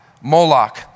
Moloch